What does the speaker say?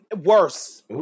Worse